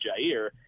Jair